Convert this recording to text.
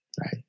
right